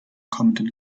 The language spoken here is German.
kommenden